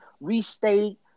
restate